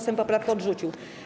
Sejm poprawkę odrzucił.